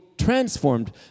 transformed